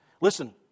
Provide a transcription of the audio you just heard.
Listen